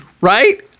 Right